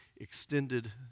extended